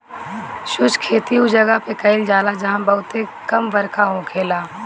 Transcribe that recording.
शुष्क खेती उ जगह पे कईल जाला जहां बहुते कम बरखा होखेला